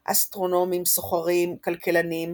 אסטרונומים, סוחרים, כלכלנים,